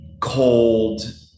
cold